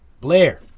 Blair